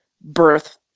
birth